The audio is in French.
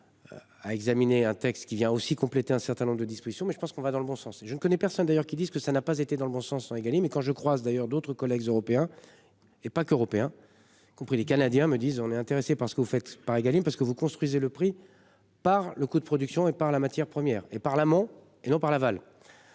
À examiner un texte qui vient aussi compléter un certain nombre de dispositions mais je pense qu'on va dans le bon sens et je ne connais personne d'ailleurs, qui disent que ça n'a pas été dans le bon sens sans égaler mais quand je crois d'ailleurs d'autres collègues européens. Et pas qu'européen. Compris les Canadiens me disent on est intéressé par ce que vous faites par Egalim parce que vous construisez le prix par le coût de production et par la matière première et par l'amont et non par Laval.